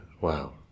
wow